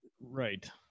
Right